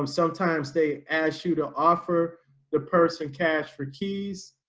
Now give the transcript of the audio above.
um sometimes they asked you to offer the person cash for keys.